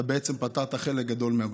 אתה בעצם פתרת חלק גדול מהבעיות.